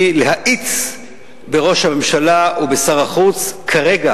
היא להאיץ בראש הממשלה ובשר החוץ כרגע